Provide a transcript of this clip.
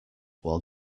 while